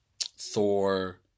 Thor –